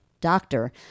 doctor